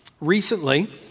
recently